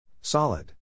Solid